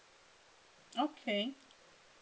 okay